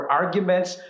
arguments